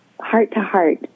heart-to-heart